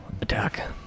Attack